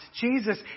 Jesus